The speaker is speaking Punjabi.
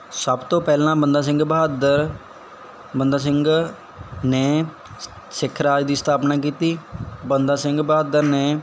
ਸਭ ਤੋਂ ਪਹਿਲਾਂ ਬੰਦਾ ਸਿੰਘ ਬਹਾਦਰ ਬੰਦਾ ਸਿੰਘ ਨੇ ਸਿੱਖ ਰਾਜ ਦੀ ਸਥਾਪਨਾ ਕੀਤੀ ਬੰਦਾ ਸਿੰਘ ਬਹਾਦਰ ਨੇ